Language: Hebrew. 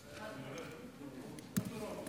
כבוד היושב-ראש,